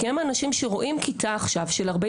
כי הם אנשים שרואים כיתה עכשיו של 40